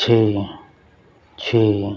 ਛੇ ਛੇ